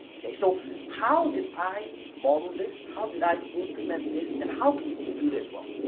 okay? so how did i model this? how did i implement this? and how can you do this well?